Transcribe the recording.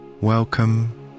Welcome